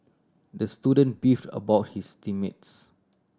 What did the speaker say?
the student beefed about his team mates